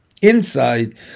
Inside